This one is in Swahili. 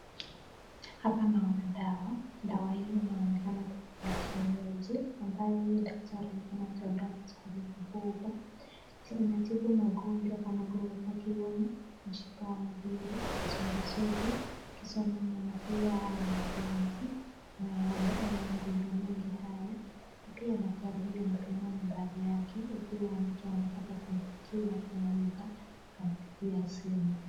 Hapa naona dawa, dawa hii inaonekana kua ya kienyeji ambaye daktari anayeitwa daktari Mduba. Inatibu magojwa kama nguvu za kiume, mshipa wa ngiri, kaswende sugu, kisonono na pia mapenzi na magonjwa mengi haya na pia daktari huyu amepeana nambari yake ikiwa mtu anataka kumpigia anaweza kumpigia simu.